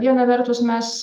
viena vertus mes